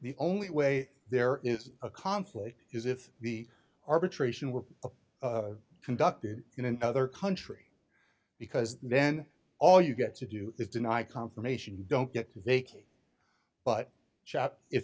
the only way there is a conflict is if the arbitration were conducted in another country because then all you've got to do is deny confirmation don't get vacate but